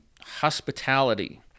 Hospitality